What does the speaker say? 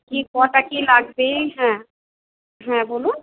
কি কটা কি লাগবে হ্যাঁ হ্যাঁ বলুন